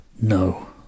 No